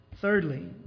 Thirdly